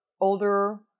older